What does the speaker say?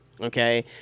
Okay